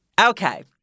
okay